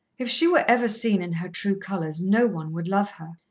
if she were ever seen in her true colours, no one would love her,